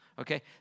Okay